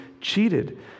cheated